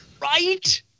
Right